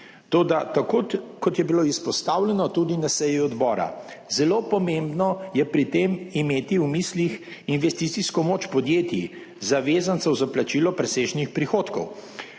toda tako, kot je bilo izpostavljeno tudi na seji odbora, je zelo pomembno pri tem imeti v mislih investicijsko moč podjetij, zavezancev za plačilo presežnih prihodkov.